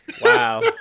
Wow